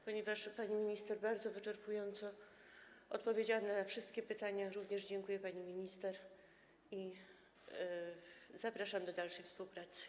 Ponieważ pani minister bardzo wyczerpująco odpowiedziała na wszystkie pytania, również dziękuję pani minister i zapraszam do dalszej współpracy.